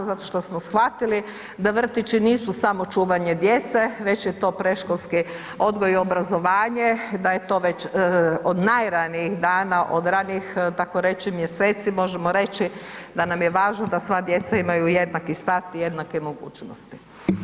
Zato što smo shvatili da vrtići nisu samo čuvanje djece već je to predškolski odgoj i obrazovanje, da je to već o najranijih dana, od ranijih takoreći mjeseci možemo reći da nam je važno da sva djeca imaju jednaki start i jednake mogućnosti.